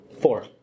Four